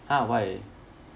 !huh! why